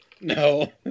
No